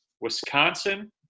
Wisconsin –